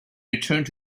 returned